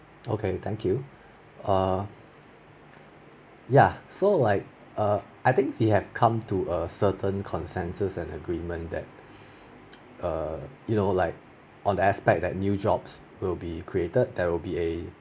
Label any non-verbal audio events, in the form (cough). okay thank you err ya so like err I think he have come to a certain consensus and agreement that (breath) err you know like on the aspect that new jobs will be created there will be a